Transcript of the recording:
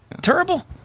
Terrible